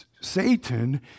Satan